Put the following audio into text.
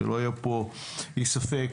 שלא יהיה פה אי ספק.